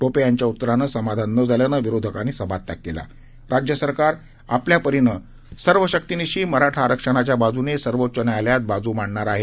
टोपे यांच्या उत्तराने समाधान नं झाल्यानं विरोधकांनी सभात्याग केला राज्य सरकार आपल्यापरीने सर्व शक्तिनिशी मराठा आरक्षणाच्या बाजूने सर्वोच्च न्यायालयात बाजू मांडणार आहे